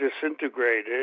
disintegrated